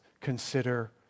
consider